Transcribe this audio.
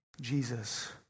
Jesus